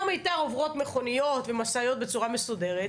שבמעבר מיתר עוברות מכוניות ומשאיות בצורה מסודרת,